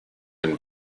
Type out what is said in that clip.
den